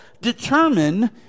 determine